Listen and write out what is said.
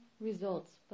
results